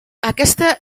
aquesta